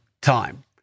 time